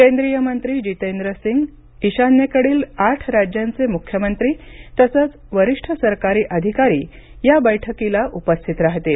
केंद्रिय मंत्री जितेंद्र सिंग ईशान्येकडील आठ राज्यांचे मुख्यमंत्री तसंच वरीष्ठ सरकारी अधिकारी या बैठकीला उपस्थित राहतील